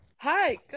hi